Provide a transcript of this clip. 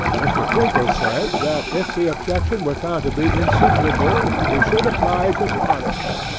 mr. crinkles said, that if the objection were found to be insuperable he should apply to parliament,